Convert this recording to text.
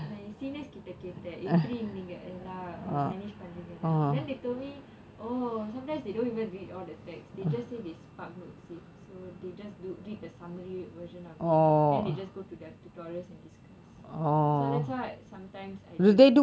நா ஏன்:naa yaen seniors கிட்ட கேட்டே எப்படி நீங்களா:kitta kaettae eppadi neengalaa manage பன்றிங்கனு:pandringanu then they told me oh sometimes they don't even read all the text they just say they spark notes it so they just do read the summary version of it then they just go to their tutorials and discuss so that's what sometimes I just